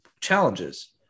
challenges